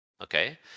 okay